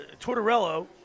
Tortorello